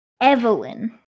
Evelyn